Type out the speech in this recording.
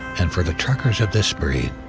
and for the truckers of this breed,